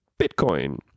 Bitcoin